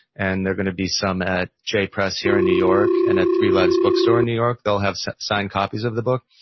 and there are going to be some at j press here in new york, and at three lives bookstore in new york, they'll have signed copies of the book,